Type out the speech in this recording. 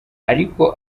ariko